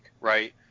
Right